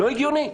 לא הגיוני.